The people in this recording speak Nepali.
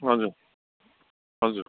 हजुर हजुर